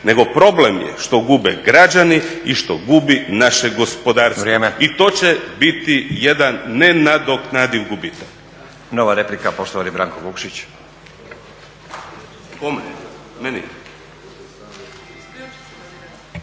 nego problem je što gube građani i što gubi naše gospodarstvo i to će biti jedan nenadoknadiv gubitak.